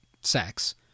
sex